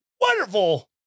wonderful